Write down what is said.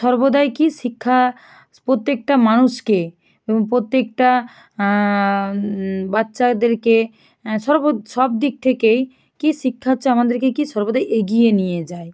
সর্বদাই কী শিক্ষা প্রত্যেকটা মানুষকে এবং প্রত্যেকটা বাচ্চাদেরকে সর্ব সব দিক থেকেই কী শিক্ষা হচ্ছে আমাদেরকে কী সর্বদা এগিয়ে নিয়ে যায়